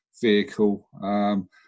vehicle